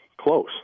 close